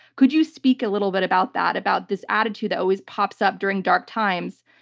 could you speak a little bit about that, about this attitude that always pops up during dark times?